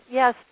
yes